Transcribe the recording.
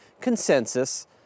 consensus